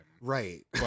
right